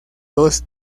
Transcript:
dos